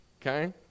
okay